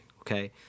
okay